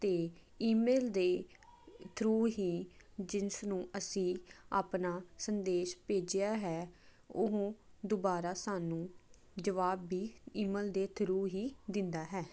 ਅਤੇ ਈਮੇਲ ਦੇ ਥਰੂ ਹੀ ਜਿਸ ਨੂੰ ਅਸੀਂ ਆਪਣਾ ਸੰਦੇਸ਼ ਭੇਜਿਆ ਹੈ ਉਹ ਦੁਬਾਰਾ ਸਾਨੂੰ ਜਵਾਬ ਵੀ ਈਮੇਲ ਦੇ ਥਰੂ ਹੀ ਦਿੰਦਾ ਹੈ